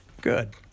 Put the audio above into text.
Good